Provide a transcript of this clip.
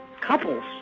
couples